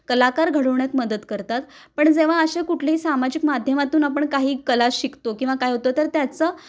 कलाकार घडवण्यात मदत करतात पण जेव्हा अशा कुठल्याही सामाजिक माध्यमातून आपण काही कला शिकतो किंवा काय होतं तर त्याचं